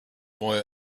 boy